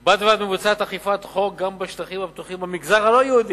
בד בבד מבוצעת אכיפת חוק גם בשטחים הפתוחים במגזר הלא-יהודי.